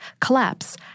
Collapse